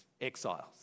exiles